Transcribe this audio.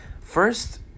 First